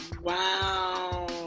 Wow